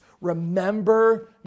Remember